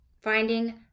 Finding